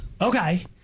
Okay